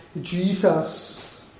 Jesus